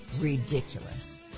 ridiculous